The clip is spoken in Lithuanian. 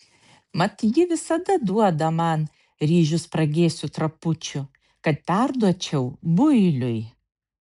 mat ji visada duoda man ryžių spragėsių trapučių kad perduočiau builiui